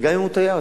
וגם אם הוא תייר,